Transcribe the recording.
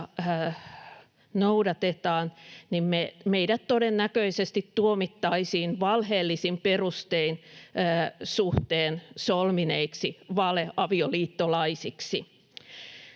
noudatetaan, meidät todennäköisesti tuomittaisiin valheellisin perustein suhteen solmineiksi valeavioliittolaisiksi.